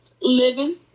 Living